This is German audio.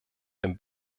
dem